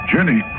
Jenny